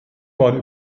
man